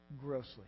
Grossly